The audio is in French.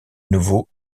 nouveau